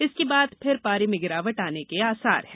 इसके बाद फिर पारे में गिरावट आने के आसार हैं